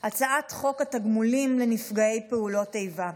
הצעת חוק התגמולים לנפגעי פעולות איבה.